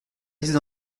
lisent